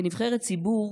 כנבחרת ציבור,